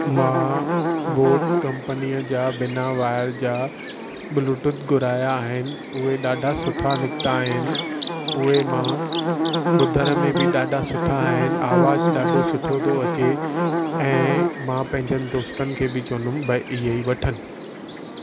मां बोट कंपनीअ जा बिना वायर जा ब्लूटुथ घुराया आहिनि उहे ॾाढा सुठा निकिता आहिनि उहे मां ॿुधण में बि ॾाढा सुठा आहिनि आवाज़ु ॾाढो सुठो थो अचे ऐं मां पंहिंजनि दोस्तनि खे बि चवंदुमि भई इहे ई वठनि